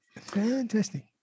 Fantastic